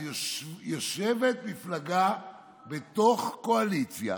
אז יושבת מפלגה בתוך קואליציה,